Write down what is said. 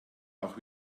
auch